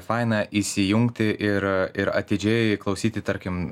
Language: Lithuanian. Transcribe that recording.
faina įsijungti ir ir atidžiai klausyti tarkim